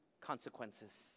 consequences